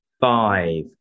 Five